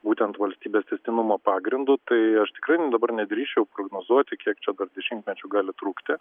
būtent valstybės tęstinumo pagrindu tai aš tikrai dabar nedrįsčiau prognozuoti kiek čia dešimtmečių gali trukti